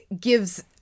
gives